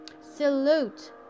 salute